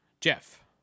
Jeff